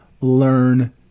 learn